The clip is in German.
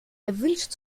erwünscht